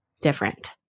different